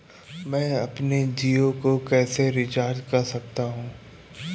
मैं अपने जियो को कैसे रिचार्ज कर सकता हूँ?